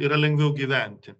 yra lengviau gyventi